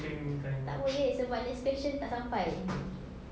tak boleh sebab dia special tak sampai